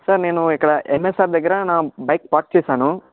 sir నేను ఇక్కడ MSR దగ్గర నా బైక్ పార్క్ చేసాను